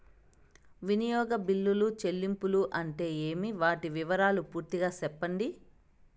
వినియోగ బిల్లుల చెల్లింపులు అంటే ఏమి? వాటి వివరాలు పూర్తిగా సెప్పండి?